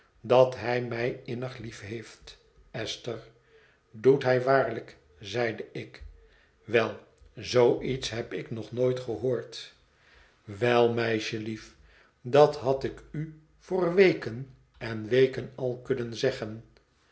dat hij mij innig lieft heeft esther doet hij waarlijk zeide ik wel zoo iets heb ik nog nooit gehoord wel meisjelief dat had ik u voor weken en weken al kunnen zeggen